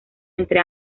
entre